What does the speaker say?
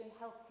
healthcare